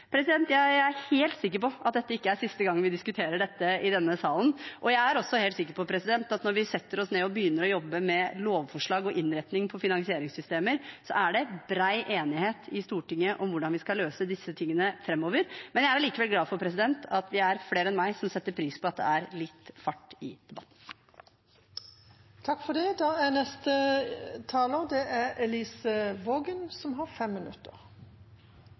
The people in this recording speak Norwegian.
Jeg er helt sikker på at dette ikke er siste gangen vi diskuterer dette i denne salen, og jeg er også helt sikker på at når vi setter oss ned og begynner å jobbe med lovforslag og innretningen av finansieringssystemet, er det bred enighet i Stortinget om hvordan vi skal løse disse tingene framover. Men jeg er likevel glad for at det er flere enn meg som setter pris på at det er litt fart i debatten. Takk til representanten, som reiser en viktig debatt. For Arbeiderpartiet er det viktig å sikre at våre skattepenger og